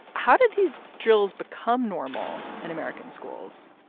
how did these drills become normal in american schools?